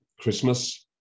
Christmas